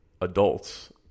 adults